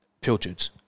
pilchards